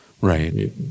Right